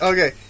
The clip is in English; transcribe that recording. Okay